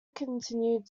continued